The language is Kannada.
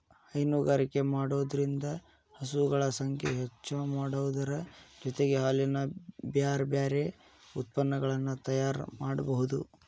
ಹೈನುಗಾರಿಕೆ ಮಾಡೋದ್ರಿಂದ ಹಸುಗಳ ಸಂಖ್ಯೆ ಹೆಚ್ಚಾಮಾಡೋದರ ಜೊತೆಗೆ ಹಾಲಿನ ಬ್ಯಾರಬ್ಯಾರೇ ಉತ್ಪನಗಳನ್ನ ತಯಾರ್ ಮಾಡ್ಬಹುದು